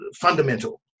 fundamental